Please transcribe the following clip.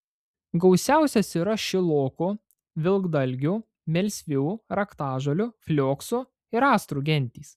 gausiausios yra šilokų vilkdalgių melsvių raktažolių flioksų ir astrų gentys